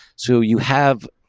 so you have.